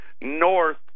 north